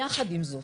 יחד עם זאת,